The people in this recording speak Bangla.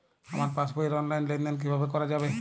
আমার পাসবই র অনলাইন লেনদেন কিভাবে করা যাবে?